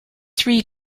three